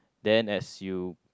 then as you